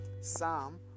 Psalm